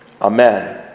Amen